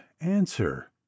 answer